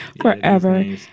Forever